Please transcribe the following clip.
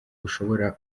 ushobora